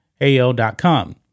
AL.com